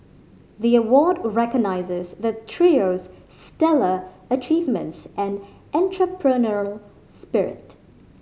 the award recognises the trio's stellar achievements and entrepreneurial spirit